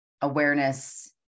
awareness